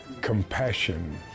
Compassion